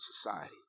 society